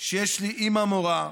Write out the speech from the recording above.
שיש לי אימא מורה,